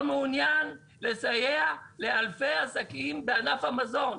מעוניין לסייע לאלפי עסקים בענף המזון.